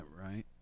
right